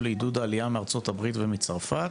לעידוד עלייה מארצות הברית ומצרפת,